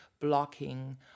blocking